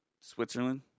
switzerland